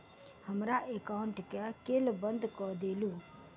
हमरा एकाउंट केँ केल बंद कऽ देलु?